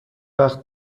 وقت